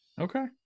Okay